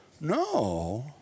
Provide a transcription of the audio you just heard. No